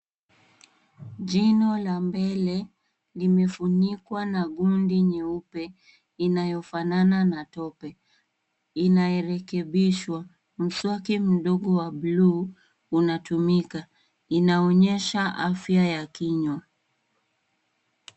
Jino la mbele limefunikwa na gundi nyeupe inayofanana na tope. Inarekebishwa. Mswaki mdogo wa bluu inatumika. Inaonyesha afya ya kinywa.